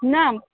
न